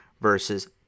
versus